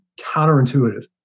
counterintuitive